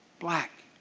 black,